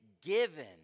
given